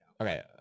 okay